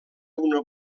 una